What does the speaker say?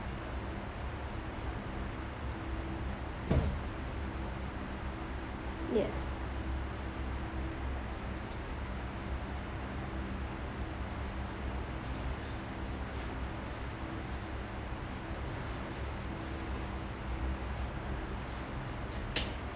yes